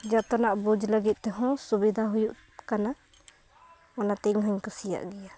ᱡᱷᱚᱛᱱᱟᱜ ᱵᱩᱡᱽ ᱞᱟᱹᱜᱤᱫ ᱛᱮᱦᱚᱸ ᱥᱩᱵᱤᱫᱷᱟ ᱦᱩᱭᱩᱜ ᱠᱟᱱᱟ ᱚᱱᱟᱛᱮ ᱤᱧ ᱦᱚᱸᱧ ᱠᱩᱥᱤᱭᱟᱜ ᱜᱮᱭᱟ